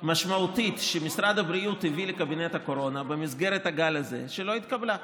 משמעותית שמשרד הבריאות הביא לקבינט הקורונה במסגרת הגל הזה ולא התקבלה.